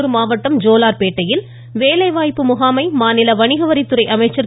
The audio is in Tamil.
வேலூர் மாவட்டம் ஜோலா்பேட்டையில் வேலைவாய்ப்பு முகாமை மாநில வணிகவரித்துறை அமைச்சர் திரு